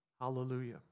Hallelujah